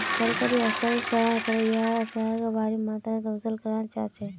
सरकारी स्थल स यहाक भारी मात्रात वसूल कराल जा छेक